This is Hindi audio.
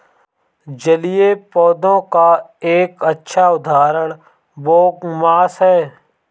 जलीय पौधों का एक अच्छा उदाहरण बोगमास है